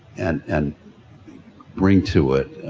and, and bring to it